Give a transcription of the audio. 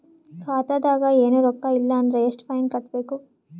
ಖಾತಾದಾಗ ಏನು ರೊಕ್ಕ ಇಲ್ಲ ಅಂದರ ಎಷ್ಟ ಫೈನ್ ಕಟ್ಟಬೇಕು?